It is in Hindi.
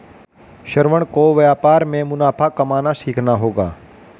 श्रवण को व्यापार में मुनाफा कमाना सीखना होगा